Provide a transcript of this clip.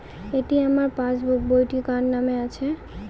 এটি আমার পাসবুক বইটি কার নামে আছে?